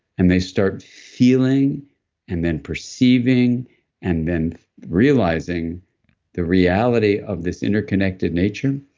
and they start feeling and then perceiving and then realizing the reality of this interconnected nature,